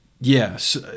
Yes